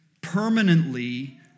permanently